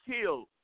killed